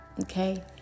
okay